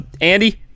Andy